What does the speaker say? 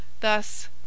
Thus